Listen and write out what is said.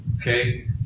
okay